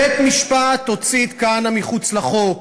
בית-משפט הוציא את כהנא מחוץ לחוק,